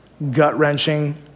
gut-wrenching